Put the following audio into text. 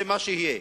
זה מה שיהיה.